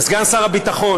וסגן שר הביטחון,